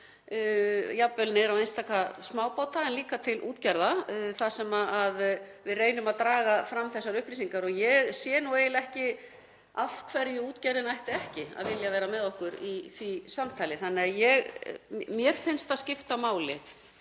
jafnvel niður á einstaka smábáta en líka til útgerða þar sem við reynum að draga þessar upplýsingar fram. Ég sé eiginlega ekki af hverju útgerðin ætti ekki að vilja vera með okkur í því samtali. Mér finnst það skipta máli,